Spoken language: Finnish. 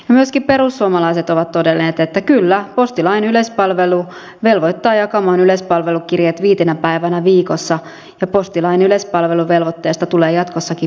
myöskin perussuomalaiset ovat todenneet että kyllä postilain yleispalvelu velvoittaa jakamaan yleispalvelukirjeet viitenä päivänä viikossa ja postilain yleispalveluvelvoitteesta tulee jatkossakin pitää kiinni